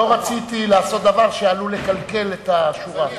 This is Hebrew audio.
לא רציתי לעשות דבר שעלול לקלקל את השורה.